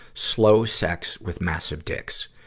slow sex with massive dicks.